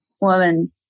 woman